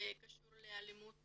שקשור לאלימות